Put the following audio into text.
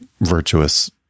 virtuous